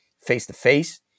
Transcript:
face-to-face